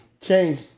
change